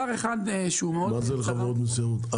מה זה לחברות מסוימות?